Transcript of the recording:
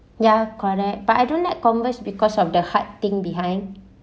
ya correct but I don't let converse because of the hard thing behind